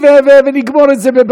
להפריע.